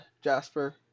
Jasper